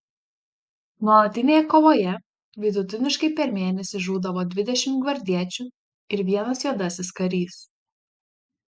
nuolatinėje kovoje vidutiniškai per mėnesį žūdavo dvidešimt gvardiečių ir vienas juodasis karys